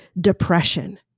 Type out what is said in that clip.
depression